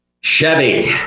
Chevy